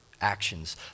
Actions